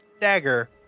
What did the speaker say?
dagger